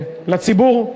לציבור,